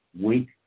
weak